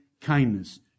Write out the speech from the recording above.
kindness